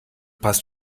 passt